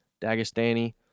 Dagestani